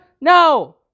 No